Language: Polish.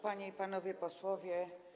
Panie i Panowie Posłowie!